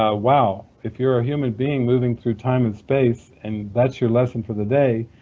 ah wow! if you're a human being moving through time and space and that's your lesson for the day,